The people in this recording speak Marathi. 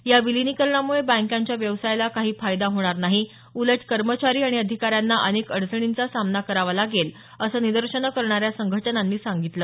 या विलिनीकरणामुळे बँकांच्या व्यवसायाला काही फायदा होणार नाही उलट कर्मचारी आणि अधिकाऱ्यांना अनेक अडचणींचा सामना करावा लागेल असं निदर्शनं करणाऱ्या संघटनांनी सांगितलं